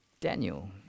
Daniel